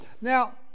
now